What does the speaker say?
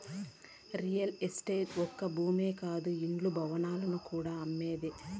real estate ఒక్క భూమే కాదు ఇండ్లు, భవనాలు కూడా అమ్మేదే